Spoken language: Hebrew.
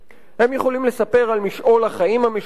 הם יכולים לספר על משעול החיים המשותף,